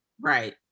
Right